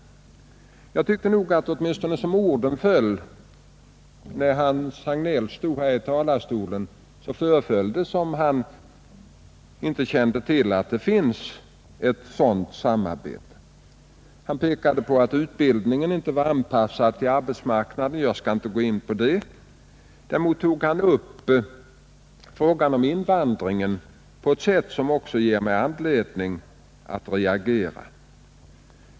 Jag tycker faktiskt att åtminstone som orden föll när Hans Hagnell stod här i talarstolen, så verkade det som om han inte kände till att det förekommer ett samarbete på detta område. Han pekade också på att utbildningen inte var anpassad till arbetsmarknaden. Jag skall inte gå in på det. Däremot tog herr Hagnell upp frågan om invandringen på ett sätt som ger mig anledning att reagera.